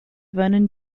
vernon